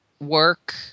work